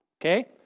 Okay